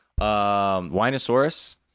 Winosaurus